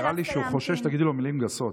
נראה לי שהוא חושש שתגידי לו מילים גסות,